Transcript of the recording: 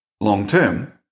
long-term